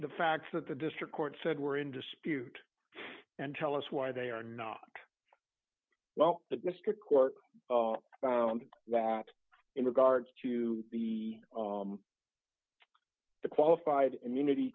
the facts that the district court said were in dispute and tell us why they are not well the district court that in regards to the the qualified immunity